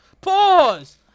pause